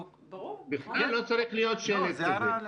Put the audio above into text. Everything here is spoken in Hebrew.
בכלל לא צריך להיות שלט כזה.